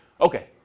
Okay